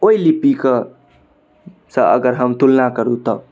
ओहि लिपिकसँ अगर हम तुलना करू तऽ